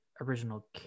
original